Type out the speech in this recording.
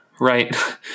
right